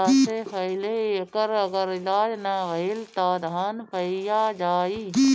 समय रहला से पहिले एकर अगर इलाज ना भईल त धान पइया जाई